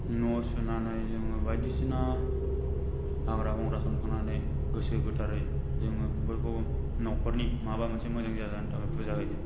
न' सुनानै जोङो बायदिसिना हाग्रा बंग्रा सनखांनानै गोसो गोथारै जोङो बयखौबो न'खरनि माबा मोनसे मोजां जाजानो थाखाय पुजा होयो